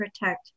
protect